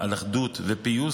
על אחדות ופיוס,